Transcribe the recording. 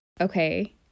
okay